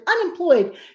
unemployed